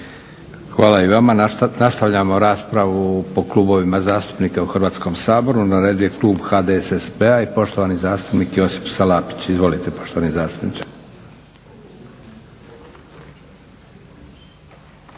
Hvala i vama, nastavljamo raspravu po klubovima zastupnika u Hrvatskom saboru. Na redu je Klub HDSSB-a i poštovani zastupnik Josip Salapić. Izvolite poštovani zastupnčće.